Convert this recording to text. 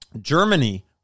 Germany